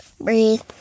breathe